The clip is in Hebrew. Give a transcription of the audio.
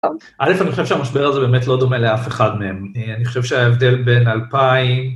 א', אני חושב שהמשבר הזה באמת לא דומה לאף אחד מהם, אני חושב שההבדל בין אלפיים...